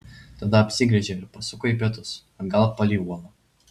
tada apsigręžė ir pasuko į pietus atgal palei uolą